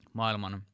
maailman